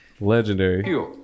legendary